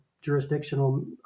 jurisdictional